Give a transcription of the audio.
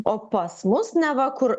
o pas mus na va kur